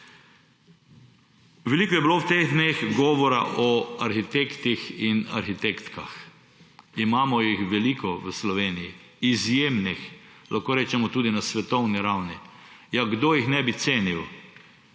Veliko je bilo v teh dneh govora o arhitektih in arhitektkah. Imamo jih veliko v Sloveniji, izjemnih lahko rečemo tudi na svetovni ravni. Ja, kdo jih ne bi cenil?